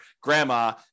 grandma